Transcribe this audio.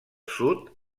sud